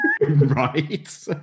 right